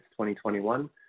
2021